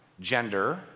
gender